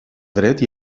dret